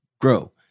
grow